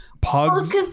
pugs